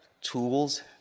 tools